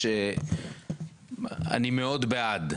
אני מאוד בעד,